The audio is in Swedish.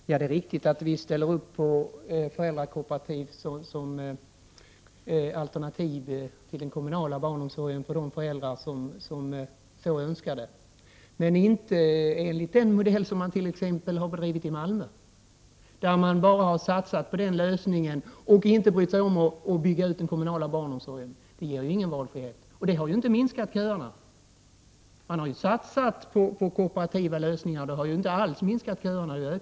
Herr talman! Ja, det är riktigt att vi ställer upp på föräldrakooperativ som alternativ till den kommunala barnomsorgen för de föräldrar som önskar det — men inte enligt den modell som t.ex. har valts i Malmö. Där har man bara satsat på den föräldrakooperativa lösningen och inte brytt sig om att bygga ut den kommunala barnomsorgen. Det ger ingen valfrihet, och det har inte minskat köerna. Man har där satsat på kooperativa lösningar, men det har inte alls minskat köerna.